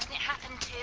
happened